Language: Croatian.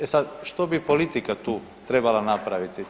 E sad što bi politika tu trebala napraviti?